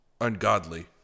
ungodly